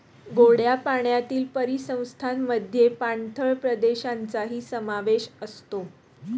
गोड्या पाण्यातील परिसंस्थेमध्ये पाणथळ प्रदेशांचाही समावेश असतो